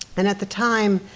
and at the time,